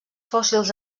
fòssils